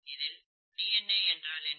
இதில் D N A என்றால் என்ன